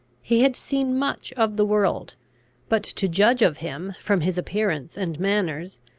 he had seen much of the world but, to judge of him from his appearance and manners,